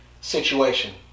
situation